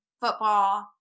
Football